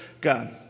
God